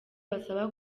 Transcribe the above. basaba